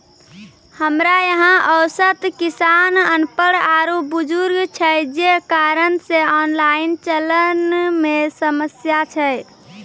हमरा यहाँ औसत किसान अनपढ़ आरु बुजुर्ग छै जे कारण से ऑनलाइन चलन मे समस्या छै?